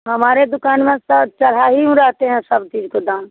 हमारे दुकान में तो चढ़ा ही उ रहते हैं सब चीज़ को दाम